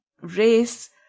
race